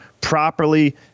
properly